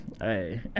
Hey